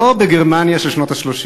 לא בגרמניה של שנות ה-30,